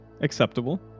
Acceptable